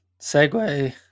segue